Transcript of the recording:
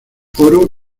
oro